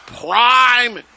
prime